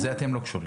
לזה אתם לא קשורים.